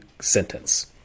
sentence